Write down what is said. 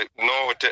No